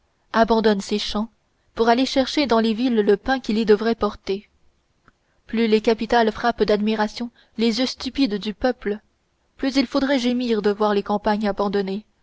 abandonne ses champs pour aller chercher dans les villes le pain qu'il y devrait porter plus les capitales frappent d'admiration les yeux stupides du peuple plus il faudrait gémir de voir les campagnes abandonnées